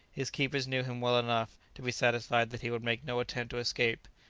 his keepers knew him well enough to be satisfied that he would make no attempt to escape,